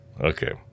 Okay